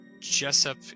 Jessup